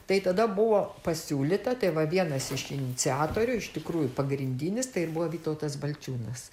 tai tada buvo pasiūlyta tai va vienas iš iniciatorių iš tikrųjų pagrindinis tai buvo vytautas balčiūnas